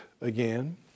again